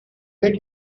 bet